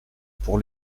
pour